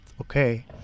okay